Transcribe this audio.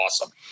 awesome